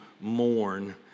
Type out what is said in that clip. mourn